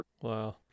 Wow